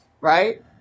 right